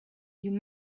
you